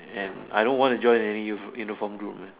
and I don't want to join any Uni uniform group leh